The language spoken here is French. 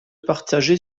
partager